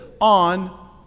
on